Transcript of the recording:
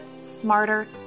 smarter